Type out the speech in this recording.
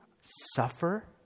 suffer